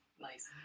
Nice